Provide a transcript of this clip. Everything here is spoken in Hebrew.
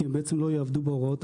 כי למעשה הם לא יעבדו לפי ההוראות.